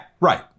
Right